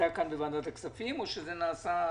העלתה כאן בוועדת הכספים או שזה נעשה לבד?